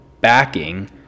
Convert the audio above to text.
backing